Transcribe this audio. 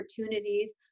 opportunities